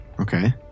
Okay